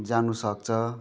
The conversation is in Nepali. जानुसक्छ